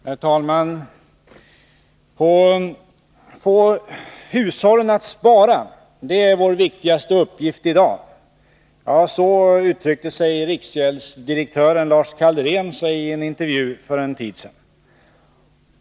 Herr talman! Att få hushållen att spara är vår viktigaste uppgift i dag. — Så uttryckte sig riksgäldsdirektören Lars Kalderén i en intervju för en tid sedan.